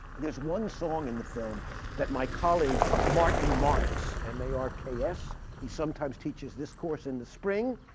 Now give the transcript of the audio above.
there's one song in the film that my colleague martin marks m a r k s he sometimes teaches this course in the spring.